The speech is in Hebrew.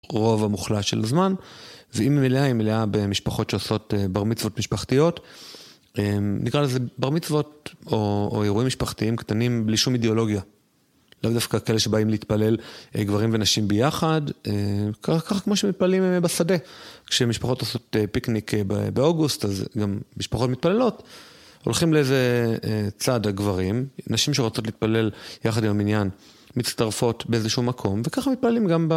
רוב המוחלט של הזמן ואם מילאה, היא מילאה במשפחות שעושות בר מצוות משפחתיות. נקרא לזה בר מצוות או אירועים משפחתיים קטנים בלי שום אידיאולוגיה. לא דווקא כאלה שבאים להתפלל גברים ונשים ביחד, ככה כמו שמתפללים בשדה. כשמשפחות עושות פיקניק באוגוסט, אז גם משפחות מתפללות הולכים לאיזה צעד הגברים, נשים שרוצות להתפלל יחד עם מניין, מצטרפות באיזשהו מקום וככה מתפללים גם.